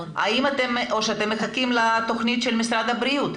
או שאתם מחכים לתוכנית של משרד הבריאות?